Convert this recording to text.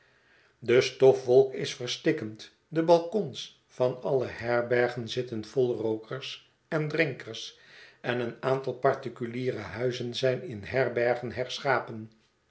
de stofwolk is verstikkend de balkons van alle herbergen zitten vol rookers en drinkers en een aantal particuliere huizen zijn in herbergen herschapen